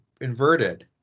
inverted